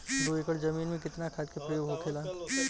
दो एकड़ जमीन में कितना खाद के प्रयोग होखेला?